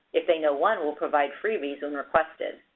if they know one will provide freebies when requested.